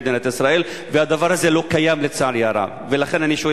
שהם מקבלים בהם שירותי אינטרנט ודרכם בעצם מתקשרים